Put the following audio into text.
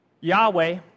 Yahweh